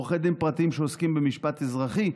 עורכי דין פרטיים שעוסקים במשפט אזרחי,